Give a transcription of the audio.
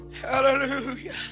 Hallelujah